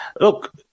Look